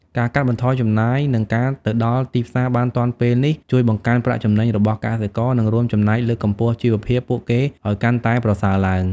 ការកាត់បន្ថយចំណាយ និងការទៅដល់ទីផ្សារបានទាន់ពេលនេះ ជួយបង្កើនប្រាក់ចំណេញរបស់កសិករ និងរួមចំណែកលើកកម្ពស់ជីវភាពពួកគេឲ្យកាន់តែប្រសើរឡើង។